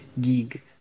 gig